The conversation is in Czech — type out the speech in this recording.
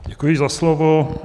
Děkuji za slovo.